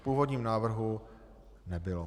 V původním návrhu nebylo.